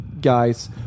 guys